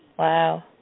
Wow